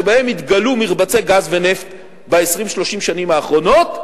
שבהן התגלו מרבצי גז ונפט ב-20 30 השנים האחרונות,